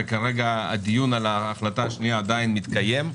וכרגע הדיון על ההחלטה השנייה עדיין מתקיים.